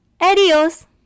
Adios